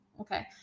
okay